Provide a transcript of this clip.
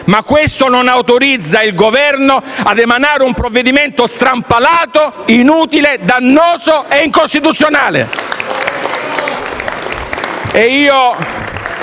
ma questo non autorizza il Governo a emanare un provvedimento strampalato, inutile, dannoso e incostituzionale.